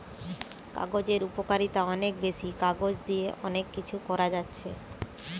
কাগজের উপকারিতা অনেক বেশি, কাগজ দিয়ে অনেক কিছু করা যাচ্ছে